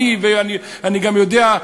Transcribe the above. ואני יודע,